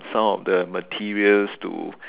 some of the materials to